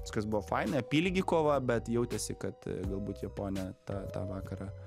viskas buvo faina apylygi kova bet jautėsi kad galbūt japonė tą tą vakarą